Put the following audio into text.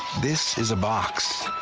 this is a box,